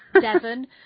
Devon